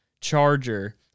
Charger